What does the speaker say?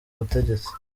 butegetsi